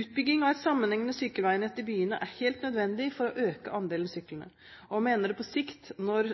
Utbygging av et sammenhengende sykkelveinett i byene er helt nødvendig for å øke andelen syklende, og jeg mener det på sikt, når